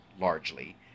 largely